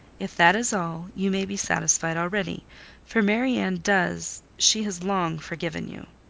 if that is all, you may be satisfied already for marianne does she has long forgiven you.